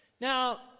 Now